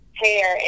hair